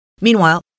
Meanwhile